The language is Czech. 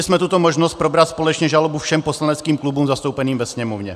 Nabídli jsme tuto možnost probrat společně žalobu všem poslaneckým klubům zastoupeným ve Sněmovně.